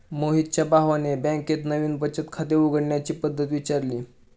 मोहितच्या भावाने बँकेत नवीन बचत खाते उघडण्याची पद्धत विचारली